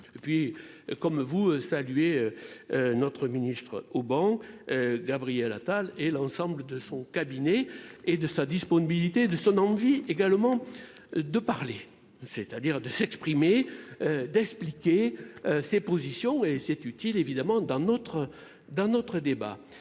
Et puis comme vous saluer. Notre ministre au banc. Gabriel Attal et l'ensemble de son cabinet et de sa disponibilité de son envie également de parler, c'est-à-dire de s'exprimer. D'expliquer ses positions et c'est utile évidemment d'un autre, d'un